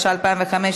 התשע"ה 2015,